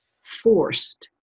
forced